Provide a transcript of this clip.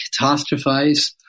catastrophize